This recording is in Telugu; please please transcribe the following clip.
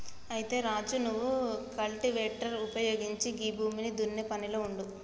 అయితే రాజు నువ్వు కల్టివేటర్ ఉపయోగించి గీ భూమిని దున్నే పనిలో ఉండు